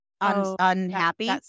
unhappy